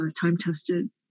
time-tested